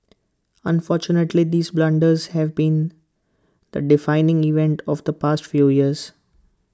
unfortunately these blunders have been the defining event of the past few years